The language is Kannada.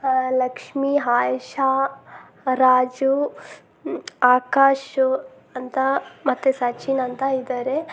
ಲಕ್ಷ್ಮೀ ಆಯ್ಷಾ ರಾಜು ಆಕಾಶ್ ಅಂತ ಮತ್ತು ಸಚಿನ್ ಅಂತ ಇದ್ದಾರೆ